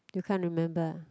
you can't remember